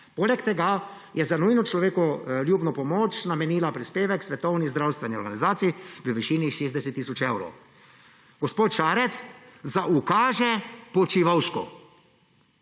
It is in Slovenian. Poleg tega je za nujno človekoljubno pomoč namenila prispevek Svetovni zdravstveni organizaciji v višini 60 tisoč evrov. Gospod Šarec zaukaže Počivalšku,